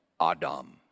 Adam